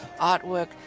artwork